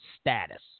status